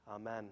Amen